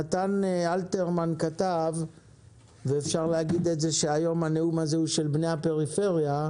נתן אלתרמן כתב ואפשר להגיד את זה שהיום הנאום הזה הוא של בני הפריפריה,